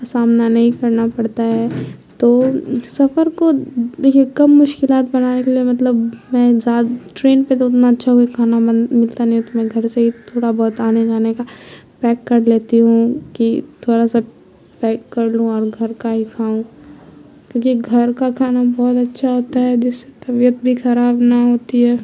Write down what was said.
کا سامنا نہیں کرنا پڑتا ہے تو سفر کو دیکھیے کم مشکلات بنانے کے لیے مطلب میں زیادہ ٹرین پہ تو اتنا اچھا ہویا کھانا بن ملتا نہیں ہو تو میں گھر سے ہی تھوڑا بہت آنے جانے کا پیک کر لیتی ہوں کہ تھوڑا سا پیک کر لوں اور گھر کا ہی کھاؤں کیونکہ گھر کا کھانا بہت اچھا ہوتا ہے جس سے طبیعت بھی خراب نہ ہوتی ہے